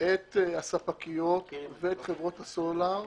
את הספקיות ואת חברות הסלולר,